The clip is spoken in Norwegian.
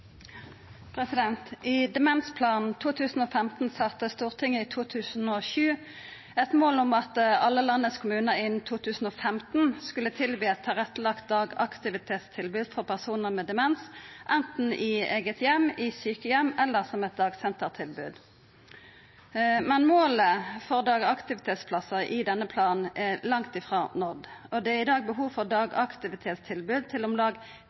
I Demensplan 2015 sette Stortinget i 2007 eit mål om at alle kommunane i landet innan 2015 skulle tilby eit tilrettelagt dagaktivitetstilbod for personar med demens, enten i eigen heim, i sjukeheim eller som eit dagsentertilbod. Men målet for dagaktivitetsplassar i denne planen er langt frå nådd, og det er i dag behov for dagaktivitetstilbod til om lag